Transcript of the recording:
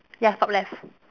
ya top left